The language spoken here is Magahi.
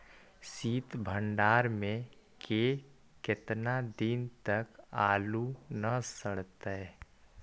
सित भंडार में के केतना दिन तक आलू न सड़तै?